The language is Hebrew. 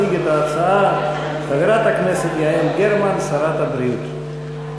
ותועבר להכנה לקריאה שנייה ושלישית בוועדת החוקה,